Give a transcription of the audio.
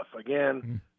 Again